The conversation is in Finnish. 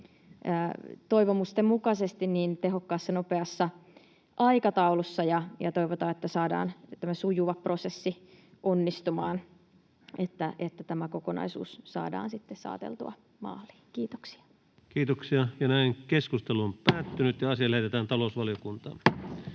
toivomusten mukaisesti tehokkaassa, nopeassa aikataulussa. Ja toivotaan, että saadaan tämä sujuva prosessi onnistumaan, että tämä kokonaisuus saadaan sitten saateltua maaliin. — Kiitoksia. Lähetekeskustelua varten esitellään päiväjärjestyksen